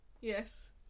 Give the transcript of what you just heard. Yes